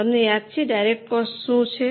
તમને યાદ છે ડાયરેક્ટ કોસ્ટ શું છે